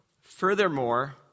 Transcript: Furthermore